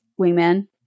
wingman